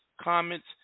comments